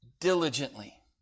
Diligently